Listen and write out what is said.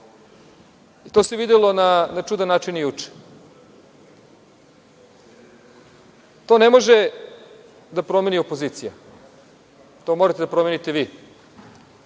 To se videlo na čudan način i juče. To ne može da promeni opozicija. To morate da promenite vi.